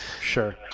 sure